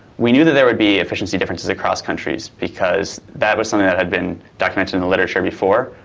we knew that there would be efficiency differences across countries, because that was something that had been documented in the literature before.